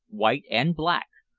white and black,